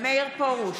מאיר פרוש,